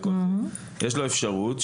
יש לו אפשרות,